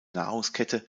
nahrungskette